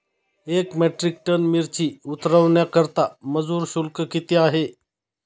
एक metric ton मिरची उतरवण्याकरता मजुर शुल्क किती आहे?